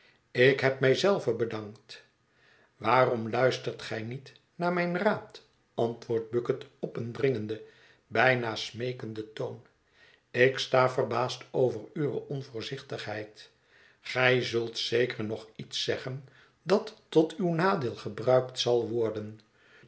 ik heb mij zelve bedankt waarom luistert gij niet naar mijn raad antwoordt bucket op een dringenden bijna smeekenden toon ik sta verbaasd over uwe onvoorzichtigheid gij zult zeker nog iets zeggen dat tot uw nadeel gebruikt zal worden